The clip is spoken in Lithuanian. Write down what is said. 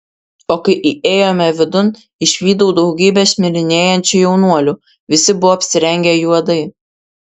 o kai įėjome vidun išvydau daugybę šmirinėjančių jaunuolių visi buvo apsirengę juodai